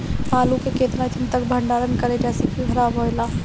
आलू के केतना दिन तक भंडारण करी जेसे खराब होएला?